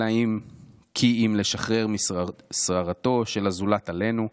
כי אם להשתחרר משררתו של הזולת עלינו,